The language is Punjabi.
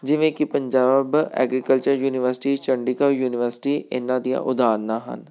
ਜਿਵੇਂ ਕਿ Punjab agriculture university Chandigarh university ਇਹਨਾਂ ਦੀਆਂ ਉਦਾਹਰਨਾਂ ਹਨ